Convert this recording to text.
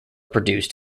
produced